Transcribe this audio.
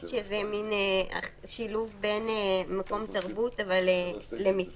שזה מין שילוב בין מקום תרבות אבל למסעדה,